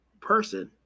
person